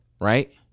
right